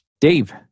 Dave